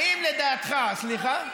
האם לדעתך, סליחה?